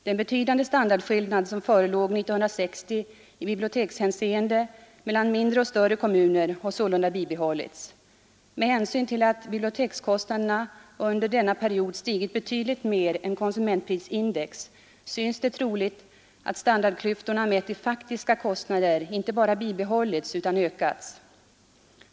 Den betydande standardskillnad, som förelåg 1960 i bibliotekshänseende mellan mindre och större kommuner, har sålunda bibehållits Med hänsyn till att bibliotekskostnaderna under denna period stigit betydligt mer än konsumentprisindex syns det troligt, att standardklyftorna mätt i faktiska kostnader inte bara bibehållits utan också ökats.